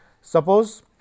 Suppose